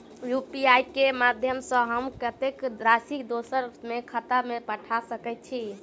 UPI केँ माध्यम सँ हम कत्तेक राशि दोसर केँ खाता मे पठा सकैत छी?